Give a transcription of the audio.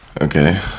Okay